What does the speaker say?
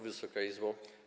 Wysoka Izbo!